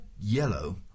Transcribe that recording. yellow